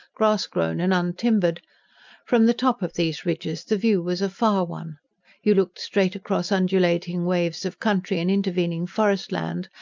grass-grown and untimbered. from the top of these ridges the view was a far one you looked straight across undulating waves of country and intervening forest-land,